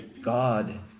God